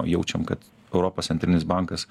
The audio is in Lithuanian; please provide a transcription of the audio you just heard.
jaučiam kad europos centrinis bankas